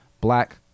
Black